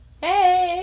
Hey